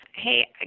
Hey